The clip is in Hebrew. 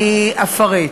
אני אפרט.